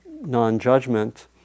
non-judgment